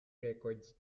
records